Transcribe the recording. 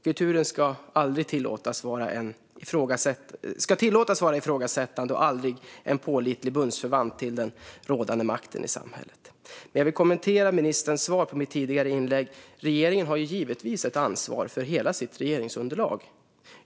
Kulturen ska tillåtas vara ifrågasättande och aldrig en pålitlig bundsförvant till den rådande makten i samhället. Låt mig kommentera ministerns svar på mitt tidigare inlägg. Regeringen har givetvis ett ansvar för hela sitt regeringsunderlag.